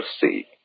see